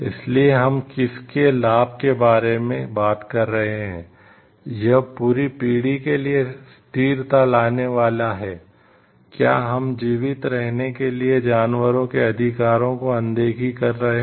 इसलिए हम किसके लाभ के बारे में बात कर रहे हैं यह पूरी पीढ़ी के लिए स्थिरता लाने वाला है क्या हम जीवित रहने के लिए जानवरों के अधिकारों की अनदेखी कर रहे हैं